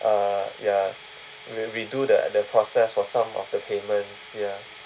uh ya re~ redo the the process for some of the payments ya